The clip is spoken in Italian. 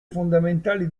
fondamentali